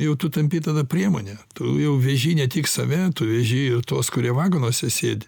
jau tu tampi tada priemone tu jau veži ne tik save tu veži ir tuos kurie vagonuose sėdi